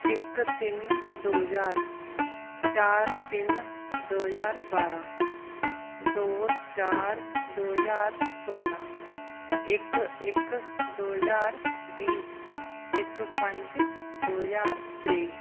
इक तिन्न दो ज्हार चार तिन्न दो ज्हार बारां दो चार दो ज्हार सौलां इक इक दो ज्हार बीह् इक पंज दो ज्हार त्रेई